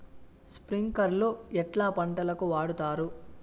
స్ప్రింక్లర్లు ఎట్లా పంటలకు వాడుతారు?